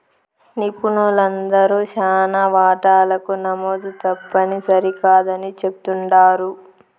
నిపుణులందరూ శానా వాటాలకు నమోదు తప్పుని సరికాదని చెప్తుండారు